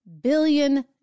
billion